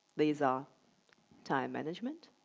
these are time management,